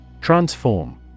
Transform